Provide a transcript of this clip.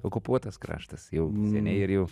okupuotas kraštas jau seniai ir jau